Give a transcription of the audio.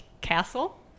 castle